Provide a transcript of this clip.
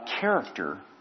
character